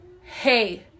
hey